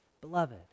beloved